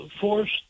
forced